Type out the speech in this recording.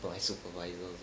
my supervisor also